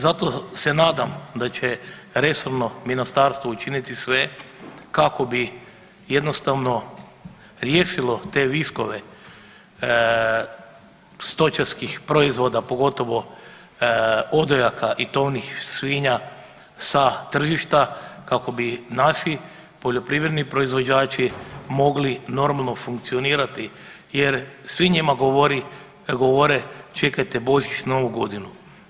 Zato se nadam da će resorno ministarstvo učiniti sve kako bi jednostavno riješilo te viškove stočarskih proizvoda, pogotovo odojaka i tovnih svinja sa tržišta, kako bi naši poljoprivredni proizvođači mogli normalno funkcionirati jer svi njima govorili, govore čekajte Božić i Novu godinu.